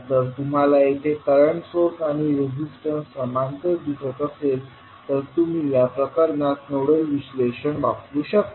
जर तुम्हाला येथे करंट सोर्स आणि रेजिस्टन्स समांतर दिसत असेल तर तुम्ही या प्रकरणात नोडल विश्लेषण वापरू शकता